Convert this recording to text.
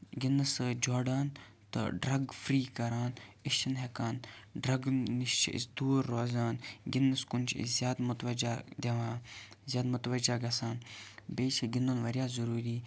گِنٛدنَس سۭتۍ جوڑان تہٕ ڈرٛگ فرٛی کران أسۍ چھِنہٕ ہیٚکان ڈرٛگہٕ نِش چھِ أسۍ دوٗر روزان گِنٛدنَس کُن چھِ أسۍ زیادٕ مُتواجہ دِوان زیادٕ مُتوجہ گژھان بیٚیہِ چھُ گِنٛدُن واریاہ ضروٗری